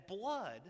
blood